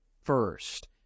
first